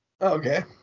Okay